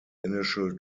initial